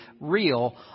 real